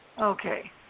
Okay